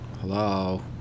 Hello